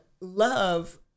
love